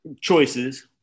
choices